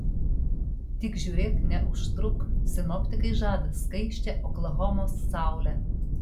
tik žiūrėk neužtruk sinoptikai žada skaisčią oklahomos saulę